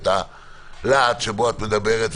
ואת הלהט שבו את מדברת,